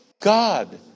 God